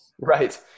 right